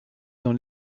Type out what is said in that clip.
dans